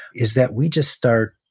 is that we just start,